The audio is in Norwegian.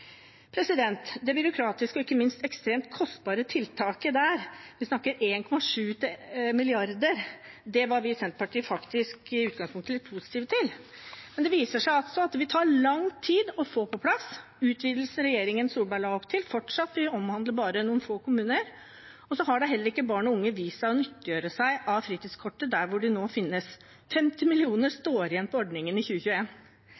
Det byråkratiske og ikke minst ekstremt kostbare tiltaket – vi snakker om 1,7 mrd. kr – var vi i Senterpartiet i utgangspunktet litt positive til, men det viser seg at det ville ta lang tid å få på plass, utvidelser regjeringen Solberg la opp til, vil fortsatt omhandle bare noen få kommuner, og så har heller ikke barn og unge vist seg å nyttiggjøre seg fritidskortet der det nå finnes. 50